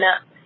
up